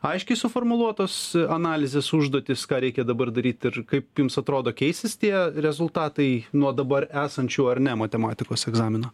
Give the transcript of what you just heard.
aiškiai suformuluotos analizės užduotys ką reikia dabar daryt ir kaip jums atrodo keisis tie rezultatai nuo dabar esančių ar ne matematikos egzamino